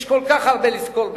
יש כל כך הרבה לזכור בך,